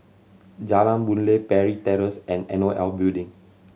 Jalan Boon Lay Parry Terrace and N O L Building